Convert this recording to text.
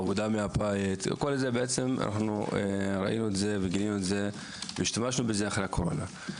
עבודה מהבית גילינו את זה והשתמשנו בזה אחרי הקורונה.